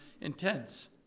intense